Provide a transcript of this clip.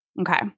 Okay